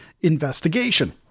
investigation